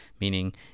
meaning